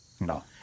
No